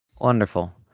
Wonderful